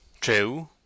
true